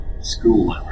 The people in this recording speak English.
school